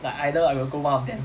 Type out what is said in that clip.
like either I will go one of them